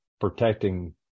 protecting